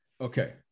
Okay